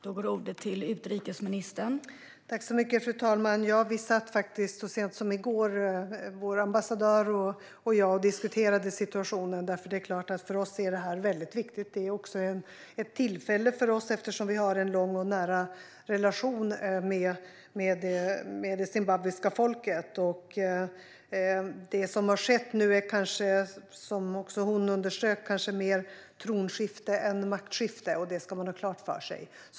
Fru talman! Vår ambassadör och jag satt så sent som i går och diskuterade situationen. Frågan är för oss mycket viktig. Det är också ett tillfälle för oss eftersom Sverige har en lång och nära relation med det zimbabwiska folket. Ambassadören underströk att det som har skett är mer av ett tronskifte än ett maktskifte. Det ska man ha klart för sig.